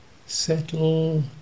settle